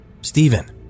Stephen